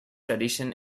tradition